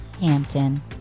Hampton